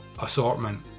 assortment